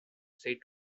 said